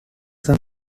some